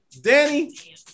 Danny